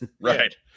right